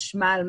חשמל,